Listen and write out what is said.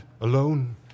alone